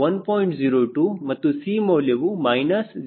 02 ಮತ್ತು C ಮೌಲ್ಯವು minus 0